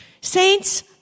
Saints